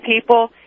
people